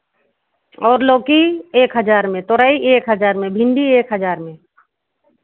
और लौकी एक हज़ार में तोरई एक हज़ार में भिन्डी एक हज़ार में